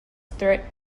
threat